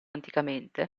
anticamente